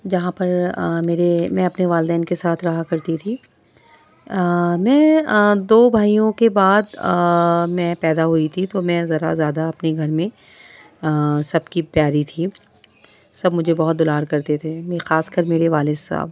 جہاں پر میرے میں اپنے والدین کے ساتھ رہا کرتی تھی میں دو بھائیوں کے بعد میں پیدا ہوئی تھی تو میں ذرا زیادہ اپنے گھر میں سب کی پیاری تھی سب مجھے بہت دلار کرتے تھے میں خاص کر میرے والد صاحب